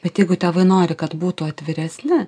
bet jeigu tėvai nori kad būtų atviresni